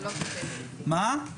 חיים,